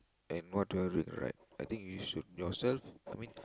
and what do I regret I think you should yourself I mean